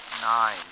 Nine